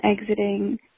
exiting